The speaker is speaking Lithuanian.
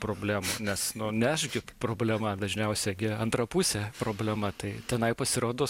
problemų nes nu ne aš gi problema dažniausiai antra pusė problema tai tenai pasirodo